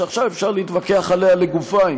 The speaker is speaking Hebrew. שעכשיו אפשר להתווכח עליה לגופה,